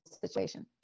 situation